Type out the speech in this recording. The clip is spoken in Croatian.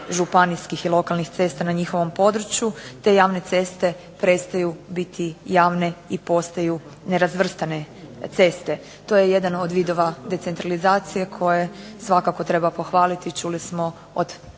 županijskih i lokalnih cesta na njihovom području, te javne ceste prestaju biti javne i postaju nerazvrstane ceste. To je jedan od vidova decentralizacije koje svakako treba pohvaliti. Čuli smo od